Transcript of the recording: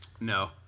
No